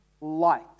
light